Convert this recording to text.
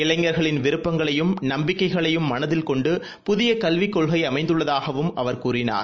இளைஞர்களின் விருப்பங்களையும் நம்பிக்கைகளையும் மனதில் கொண்டு புதியகல்விக் கொள்கைஅமைந்துள்ளதாகவும் அவர் கூறினார்